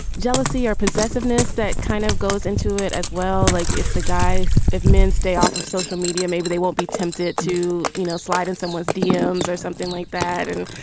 jealousy or possessiveness that kind of goes into it as well. like if the guys if men stay off of social media, maybe they won't be tempted to you know slide in someone's demons or something like that and,